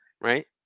right